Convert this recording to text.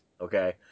okay